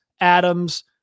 adams